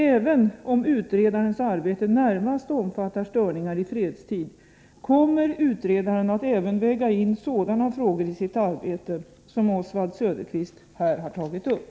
Även om utredarens arbete närmast omfattar störningar i fredstid, kommer utredaren att även väga in sådana frågor i sitt arbete som Oswald Söderqvist här har tagit upp.